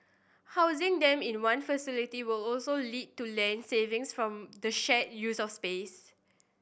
housing them in one facility will also lead to land savings from the shared use of space